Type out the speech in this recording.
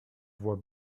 voit